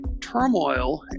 turmoil